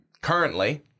currently